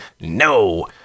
no